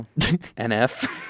NF